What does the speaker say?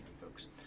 folks